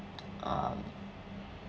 um